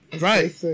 right